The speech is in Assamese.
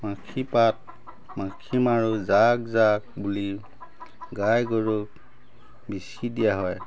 মাখিপাত মাখি মাৰোঁ জাক জাক বুলি গাই গৰুক বিচি দিয়া হয়